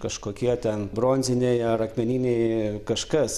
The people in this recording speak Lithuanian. kažkokie ten bronziniai ar akmeniniai kažkas